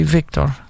Victor